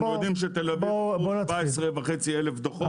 תל-אביב נתנו 14,500 דוחות.